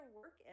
work